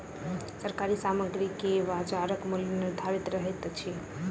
सरकार सामग्री के बजारक मूल्य निर्धारित करैत अछि